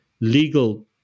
Legal